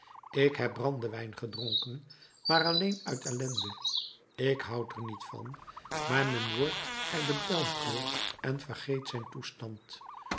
ik heb brandewijn gedronken maar alleen uit ellende ik houd er niet van maar men wordt er bedwelmd door en vergeet zijn toestand